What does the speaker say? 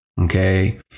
Okay